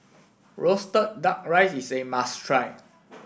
roasted duck rice is a must try